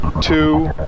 two